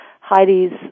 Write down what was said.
Heidi's